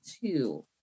two